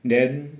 then